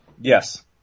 Yes